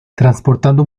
transportando